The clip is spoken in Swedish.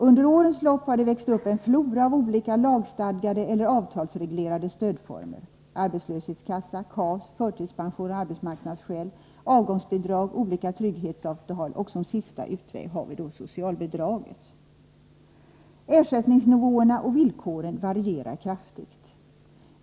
Under årens lopp har det växt upp en flora av olika lagstadgade eller avtalsreglerade stödformer — arbetslöshetskassa, KAS, förtidspension av arbetsmarknadsskäl, avgångsbidrag, olika trygghetsavtal och som sista utväg socialbidrag. Ersättningsnivåerna och villkoren varierar kraftigt.